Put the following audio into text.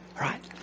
Right